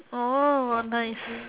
oh nice